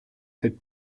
cette